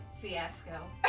fiasco